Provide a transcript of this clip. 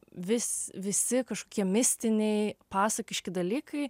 vis visi kažkokie mistiniai pasakiški dalykai